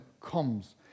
comes